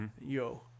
yo